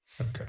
Okay